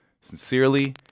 Sincerely